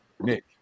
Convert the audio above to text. Nick